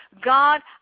God